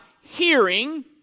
hearing